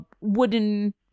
wooden